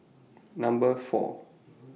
Number four